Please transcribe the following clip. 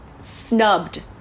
snubbed